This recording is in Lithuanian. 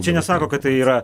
čia nesako kad tai yra